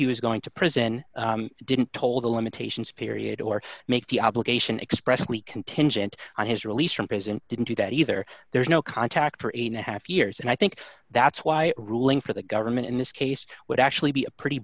he was going to prison didn't told the limitations period or make the obligation expressly contingent on his release from prison didn't do that either there's no contact for eight half years and i think that's why ruling for the government in this case would actually be a pretty